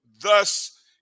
thus